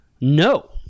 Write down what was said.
No